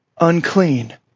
unclean